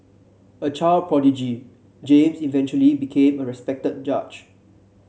a child prodigy James eventually became a respected judge